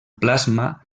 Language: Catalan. plasma